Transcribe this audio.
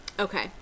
Okay